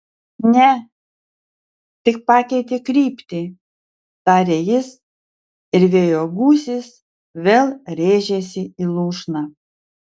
ne tik pakeitė kryptį tarė jis ir vėjo gūsis vėl rėžėsi į lūšną